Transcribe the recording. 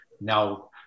now